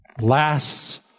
lasts